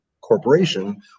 corporation